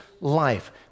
life